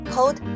Cold